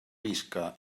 visca